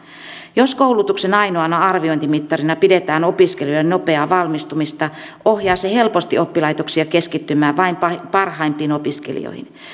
jos koulutuksen ainoana arviointimittarina pidetään opiskelijoiden nopeaa valmistumista ohjaa se helposti oppilaitoksia keskittymään vain parhaimpiin opiskelijoihin